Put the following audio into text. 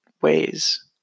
ways